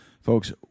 folks